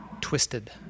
twisted